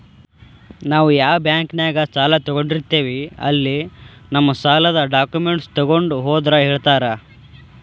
ನಾವ್ ಯಾ ಬಾಂಕ್ನ್ಯಾಗ ಸಾಲ ತೊಗೊಂಡಿರ್ತೇವಿ ಅಲ್ಲಿ ನಮ್ ಸಾಲದ್ ಡಾಕ್ಯುಮೆಂಟ್ಸ್ ತೊಗೊಂಡ್ ಹೋದ್ರ ಹೇಳ್ತಾರಾ